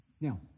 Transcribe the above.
Now